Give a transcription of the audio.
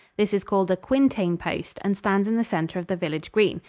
this is called a quintain post and stands in the center of the village green.